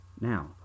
Now